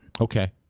Okay